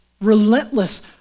relentless